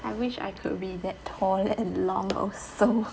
I wish I could be that tall and long also